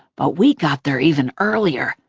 but we got there even earlier,